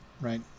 right